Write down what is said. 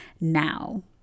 now